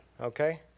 Okay